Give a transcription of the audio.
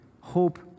Hope